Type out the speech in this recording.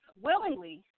willingly